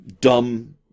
Dumb